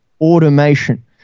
automation